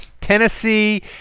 Tennessee